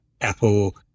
Apple